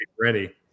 ready